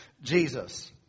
Jesus